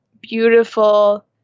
beautiful